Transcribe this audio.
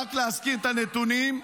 --- רק להזכיר את הנתונים,